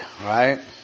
right